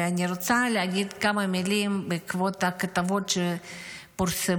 אני רוצה להגיד כמה מילים בעקבות הכתבות שפורסמו